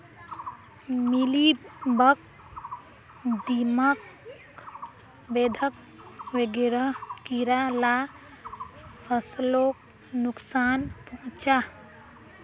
mealybug, दीमक, बेधक वगैरह कीड़ा ला फस्लोक नुक्सान पहुंचाः